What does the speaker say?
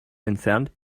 entfernt